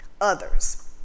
others